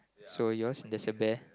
so yours is in the bear